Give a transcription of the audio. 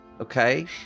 okay